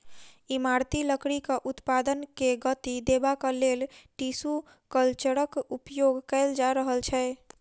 इमारती लकड़ीक उत्पादन के गति देबाक लेल टिसू कल्चरक उपयोग कएल जा रहल छै